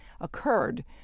occurred